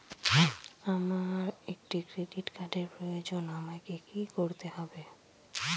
আমার একটি ক্রেডিট কার্ডের প্রয়োজন আমাকে কি করতে হবে?